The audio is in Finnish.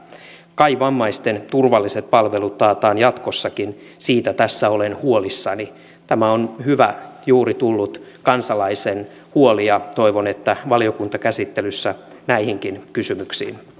kai vammaisten turvalliset palvelut taataan jatkossakin siitä tässä olen huolissani tämä on hyvä juuri tullut kansalaisen huoli ja toivon että valiokuntakäsittelyssä näihinkin kysymyksiin